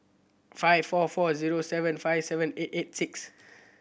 five four four zero seven five seven eight eight six